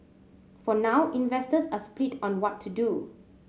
for now investors are split on what to do